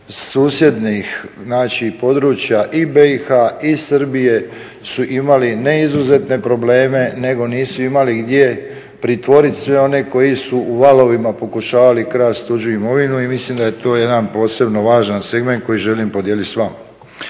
susjednih znači područja i BiH i Srbije su imali ne izuzetne probleme nego nisu imali gdje pritvoriti sve one koji su u valovima pokušavali krasti tuđu imovinu. I mislim da je to jedan posebno važan segment koji želim podijeliti s vama.